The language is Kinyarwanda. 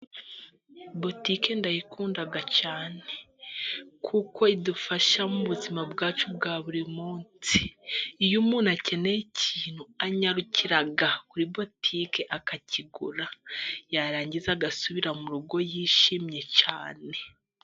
Butike ndayikunda cyane kuko idufasha mu buzima bwacu bwa buri munsi, iyo umuntu akeneye ikintu anyarukira kuri botike akakigura, yarangiza agasubira mu rugo yishimye cyane.